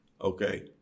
Okay